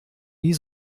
nie